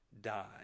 die